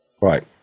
Right